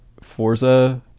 Forza